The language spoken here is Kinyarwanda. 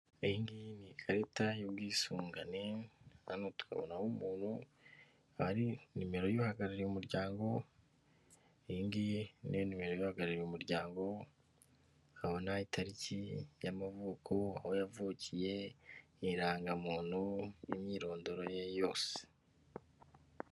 Iyi ngiyi ni ikarita y'ubwisungane, hano tukabona umuntu, ari nimero y'uhagarariye umuryango, iyi ngiyi niyo nimero y'uhagarariye umuryango, tukabona itariki y'amavuko, aho yavukiye, irangamuntu, imyirondoro ye yose.